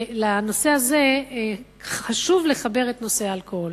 ולנושא הזה חשוב לחבר את נושא האלכוהול.